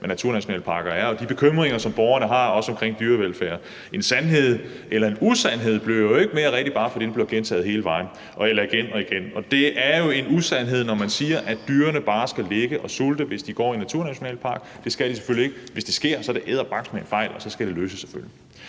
hvad naturnationalparker er, og om de bekymringer, borgerne har, også omkring dyrevelfærd. En usandhed bliver jo ikke mere rigtig af at blive gentaget hele vejen eller igen og igen. Det er jo en usandhed, når man siger, at dyrene bare skal ligge og sulte, hvis de går i en naturnationalpark. Det skal de selvfølgelige ikke. Hvis det sker, er det edderbankeme en fejl, og så skal det løses. Allerede